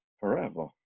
forever